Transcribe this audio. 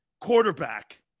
quarterback